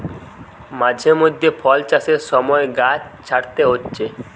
মাঝে মধ্যে ফল চাষের সময় গাছ ছাঁটতে হচ্ছে